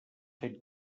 fent